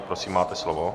Prosím, máte slovo.